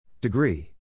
Degree